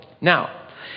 Now